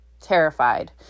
terrified